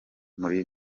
muri